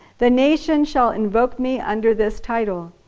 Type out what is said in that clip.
the nations shall invoke me under this title.